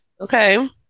Okay